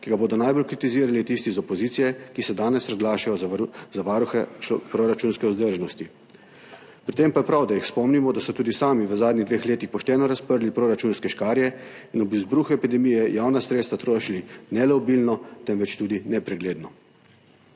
ki ga bodo najbolj kritizirali tisti iz opozicije, ki se danes razglašajo za varuhe proračunske vzdržnosti. Pri tem pa je prav, da jih spomnimo, da so tudi sami v zadnjih dveh letih pošteno razprli proračunske škarje in ob izbruhu epidemije javna sredstva trošili ne le obilno, temveč tudi nepregledno.